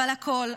אבל הכול,